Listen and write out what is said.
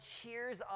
cheers